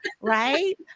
right